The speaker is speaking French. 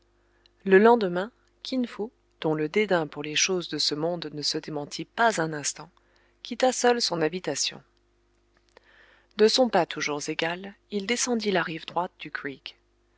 le lendemain kin fo dont le dédain pour les choses de ce monde ne se démentit pas un instant quitta seul son habitation de son pas toujours égal il descendit la rive droite du creek